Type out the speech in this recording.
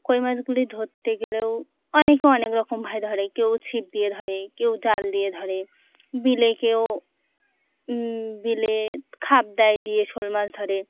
কই মাছগুলি ধরতে গেলেও অনেকে অনেক রকম ভাবে ধরে কেউ ছিপ দিয়ে ধরে কেউ জাল দিয়ে ধরে বিলে কেউ বিলে খাপ দেয় দিয়ে শোল মাছ ধরে